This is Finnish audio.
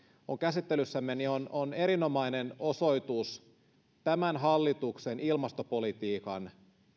on käsittelyssämme on on erinomainen osoitus tämän hallituksen ilmastopolitiikan